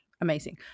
amazing